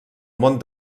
món